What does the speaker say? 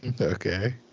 Okay